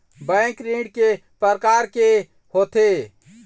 Bank ऋण के प्रकार के होथे?